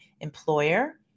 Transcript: employer